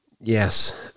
Yes